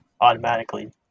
automatically